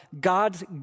God's